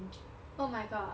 oh my god